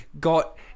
got